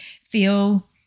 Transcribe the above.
feel